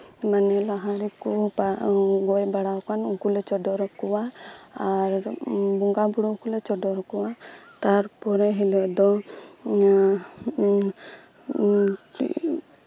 ᱢᱟᱱᱮ ᱞᱟᱦᱟ ᱨᱮᱠᱚ ᱜᱚᱡ ᱵᱟᱲᱟ ᱟᱠᱟᱱ ᱩᱱᱠᱩ ᱟᱞᱮ ᱪᱚᱰᱚᱨ ᱟᱠᱚᱣᱟ ᱟᱨ ᱵᱚᱸᱜᱟ ᱵᱩᱨᱩ ᱠᱚᱞᱮ ᱪᱚᱰᱚᱨ ᱟᱠᱚᱣᱟ ᱛᱟᱨᱯᱚᱨᱮ ᱦᱤᱞᱳᱜ ᱫᱚ